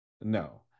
no